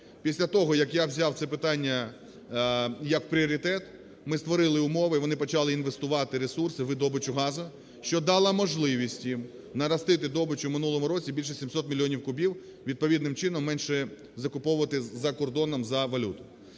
Після того, як я взяв це питання як пріоритет, ми створили умови, вони почали інвестувати ресурси в добичу газу, що дало можливість їм наростити добич у минулому році більше 700 мільйонів кубів, відповідним чином менше закуповувати за кордоном за валюту.